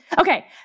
Okay